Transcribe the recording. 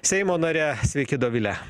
seimo nare sveiki dovile